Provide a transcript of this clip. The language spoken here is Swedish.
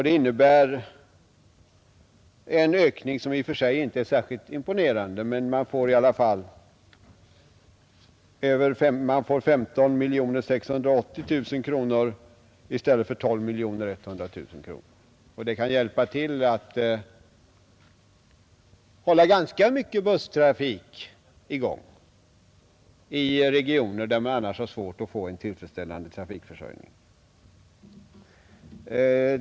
Denna ökning är i och för sig inte särskilt imponerande, men man får i alla fall 15 680 000 kronor i stället för 12 100 000 kronor. Denna ökning kan hjälpa till att hålla rätt stor busstrafik i gång i regioner där man annars har svårt att få en tillfredsställande trafikförsörjning.